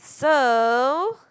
so